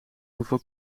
hoeveel